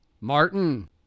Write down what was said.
Martin